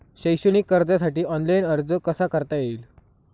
शैक्षणिक कर्जासाठी ऑनलाईन अर्ज कसा करता येईल?